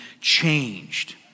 changed